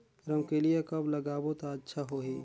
रमकेलिया कब लगाबो ता अच्छा होही?